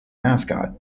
mascot